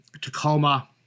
tacoma